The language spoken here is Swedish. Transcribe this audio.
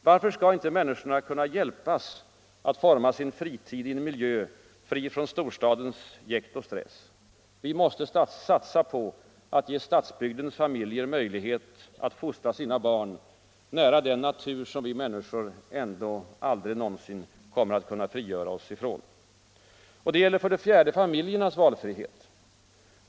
Varför skall inte människorna hjälpas att forma sin egen fritid i en miljö fri från storstadens jäkt och stress? Vi måste satsa på att ge stadsbygdens familjer möjlighet att fostra sina barn nära den natur som vi människor ändå aldrig någonsin kommer att kunna frigöra oss ifrån. 4. Det gäller också familjernas valfrihet.